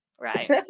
right